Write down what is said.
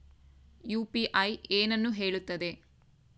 UPI ಏನನ್ನು ಹೇಳುತ್ತದೆ?